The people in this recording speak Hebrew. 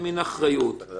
המחיר כאן